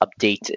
updated